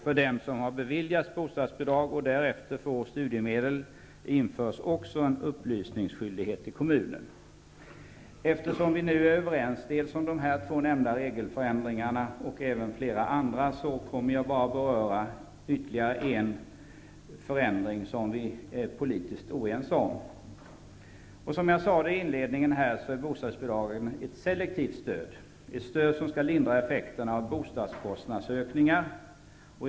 För dem som har beviljats bostadsbidrag och därefter får studiemedel införs också en upplysningsskyldighet till kommunen. Eftersom vi är överens om de två nämnda regeländringarna och en del andra, kommer jag att beröra en förändring som vi är politiskt oense om. Som jag sade inledningsvis utgör bostadsbidragen ett selektivt stöd -- ett stöd som skall lindra effekterna av bostadskostnadsökningarna.